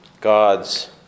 God's